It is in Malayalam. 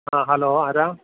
ആ ഹലോ ആരാ